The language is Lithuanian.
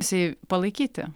si palaikyti